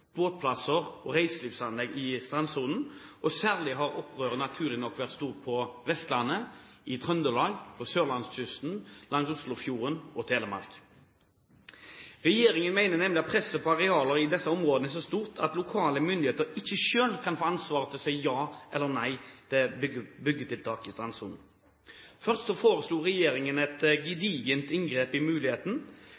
båtplasser og reiselivsanlegg i strandsonen. Særlig har opprøret, naturlig nok, vært stort på Vestlandet, i Trøndelag, på sørlandskysten, langs Oslofjorden og Telemark. Regjeringen mener nemlig at presset på arealer i disse områdene er så stort at lokale myndigheter ikke selv kan få ansvar for å si ja eller nei til byggetiltak i strandsonen. Først foreslo regjeringen et